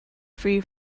free